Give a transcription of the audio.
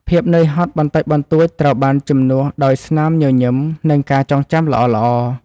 ភាពនឿយហត់បន្តិចបន្តួចត្រូវបានជំនួសដោយស្នាមញញឹម និងការចងចាំល្អៗ។